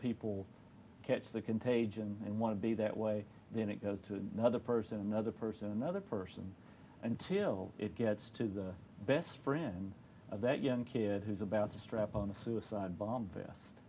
people catch the contagion and want to be that way then it goes to another person another person another person until it gets to the best friend of that young kid who's about to strap on a suicide bomb